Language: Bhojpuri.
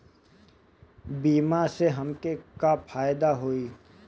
बीमा से हमके का फायदा होई?